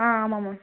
ஆ ஆமாம் மேம்